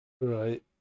right